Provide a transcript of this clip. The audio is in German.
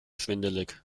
schwindelig